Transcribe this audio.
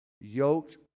yoked